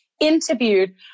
interviewed